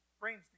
brains